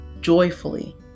joyfully